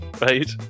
Right